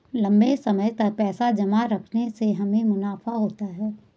लंबे समय तक पैसे जमा रखने से हमें मुनाफा होता है